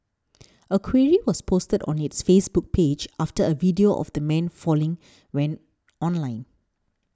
a query was posted on its Facebook page after a video of the man falling went online